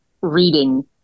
reading